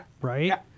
Right